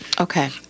Okay